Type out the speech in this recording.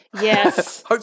Yes